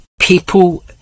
people